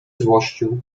złościł